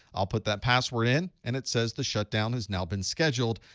i'll put that password in, and it says the shutdown has now been scheduled.